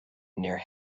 near